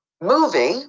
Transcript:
movie